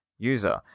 user